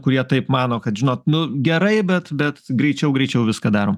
kurie taip mano kad žinot nu gerai bet bet greičiau greičiau viską darom